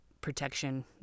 protection